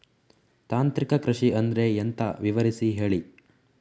ತಾಂತ್ರಿಕ ಕೃಷಿ ಅಂದ್ರೆ ಎಂತ ವಿವರಿಸಿ ಹೇಳಿ